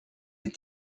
est